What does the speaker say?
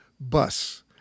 Bus